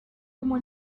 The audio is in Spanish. como